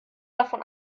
davon